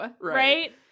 right